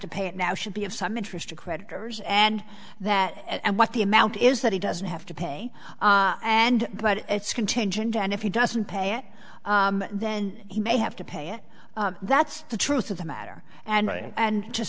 to pay it now should be of some interest to creditors and that and what the amount is that he doesn't have to pay and but it's contingent and if he doesn't pay it then he may have to pay it that's the truth of the matter and i and